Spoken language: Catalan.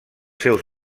seus